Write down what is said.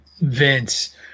Vince